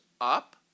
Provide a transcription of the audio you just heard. up